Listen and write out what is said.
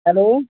hello